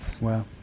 Wow